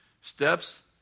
Steps